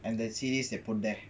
and the series they put there